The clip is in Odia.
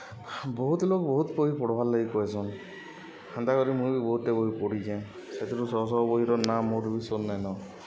ବହୁତ୍ ଲୋକ୍ ବହୁତ୍ ବହି ପଢ଼୍ବାର୍ ଲାଗି କହେସନ୍ ହେନ୍ତାକରି ମୁଇଁ ବି ବହୁତ୍ଟେ ବହି ପଢ଼ିଚେଁ ସେଥିରୁ ଶହ ଶହ ବହିର ନାଁ ମୋର୍ ବି ସୋର୍ ନାଇଁନ